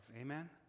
Amen